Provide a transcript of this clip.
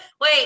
Wait